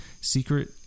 secret